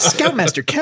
Scoutmaster